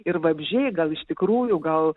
ir vabzdžiai gal iš tikrųjų gal